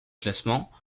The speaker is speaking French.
classement